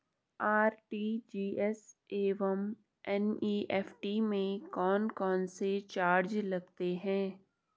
RTGS एवं NEFT में कौन कौनसे चार्ज लगते हैं?